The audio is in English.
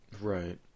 Right